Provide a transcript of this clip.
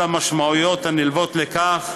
על המשמעויות הנלוות לכך,